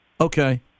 Okay